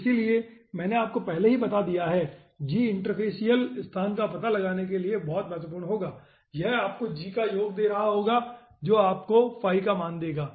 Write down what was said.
इसलिए मैंने आपको पहले ही बता दिया है g इंटरफैसिअल स्थान का पता लगाने के लिए महत्वपूर्ण होगा और यह आपको g का योग दे रहा होगा जो आपको का मान देगा